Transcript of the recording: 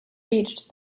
reached